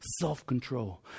Self-control